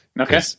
okay